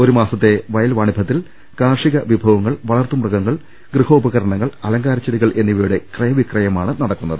ഒരുമാസത്തെ വയൽ വാണിഭത്തിൽ കാർഷിക വിഭ വങ്ങൾ വളർത്തുമൃഗങ്ങൾ ഗൃഹോപകരണങ്ങൾ അലങ്കാ രച്ചെടികൾ എന്നിവയുടെ ക്രയ വിക്രയമാണ് നടക്കുന്നത്